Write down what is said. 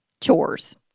Chores